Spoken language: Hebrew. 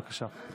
בבקשה.